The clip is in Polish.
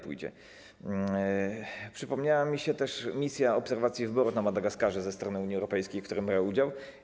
Przypomniała mi się też misja obserwacji wyborów na Madagaskarze ze strony Unii Europejskiej, w której brałem udział.